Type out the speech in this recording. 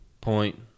point